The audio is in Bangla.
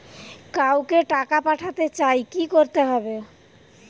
কাউকে টাকা পাঠাতে চাই কি করতে হবে?